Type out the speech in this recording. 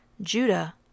Judah